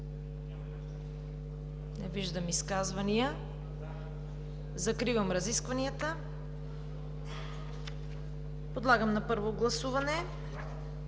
Не виждам изказвания. Закривам разискванията. Подлагам на първо гласуване